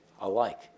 alike